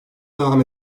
devam